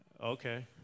Okay